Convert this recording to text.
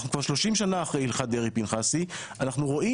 אנחנו כבר 30 שנים אחרי הלכת דרעי-פנחסי ואנחנו רואים